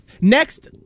Next